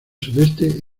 sudeste